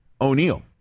O'Neill